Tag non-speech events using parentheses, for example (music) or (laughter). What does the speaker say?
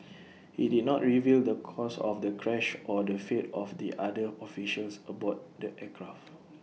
(noise) IT did not reveal the cause of the crash or the fate of the other officials aboard the aircraft